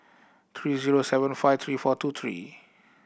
three zero seven five three four two three